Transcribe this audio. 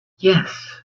yes